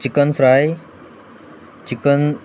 chicken fry chicken